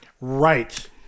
Right